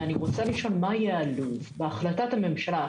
ואני רוצה לשאול מה יעלו בהחלטת הממשלה.